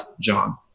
John